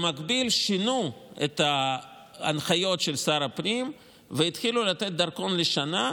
במקביל שינו את ההנחיות של שר הפנים והתחילו לתת דרכון לשנה,